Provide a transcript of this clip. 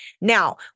Now